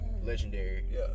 Legendary